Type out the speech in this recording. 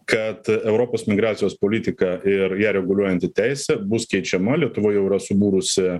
kad europos migracijos politika ir ją reguliuojanti teisė bus keičiama lietuva jau yra subūrusi